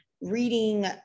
reading